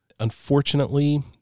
Unfortunately